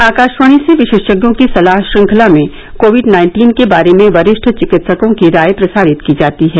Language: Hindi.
आकाशवाणी से विशेषज्ञों की सलाह श्रृखंला में कोविड नाइन्टीन के बारे में वरिष्ठ चिकित्सकों की राय प्रसारित की जाती है